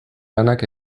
lanak